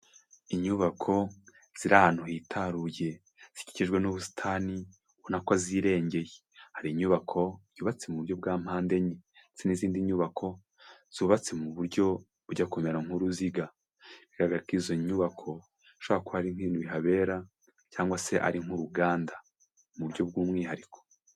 Inyubako ziri ahantu hitaruye, zikikijwe n'ubusitani ubonako zirengeye, hari inyubako yubatse mu buryo bwapande enye, ndetse n'izindi nyubako zubatse mu buryo bujya kumera nk'uruziga, bigaragara ko izo nyubako bishobora kuba ari nk'ibintu bihabera cyangwa se ari nk'uruganda mu buryo bw'umwihariko.